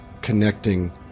connecting